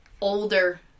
older